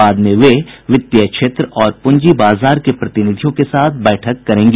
बाद में वे वित्तीय क्षेत्र और प्रंजी बाजार के प्रतिनिधियों के साथ बैठक करेंगी